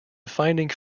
finding